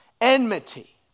enmity